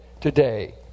today